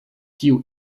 tiu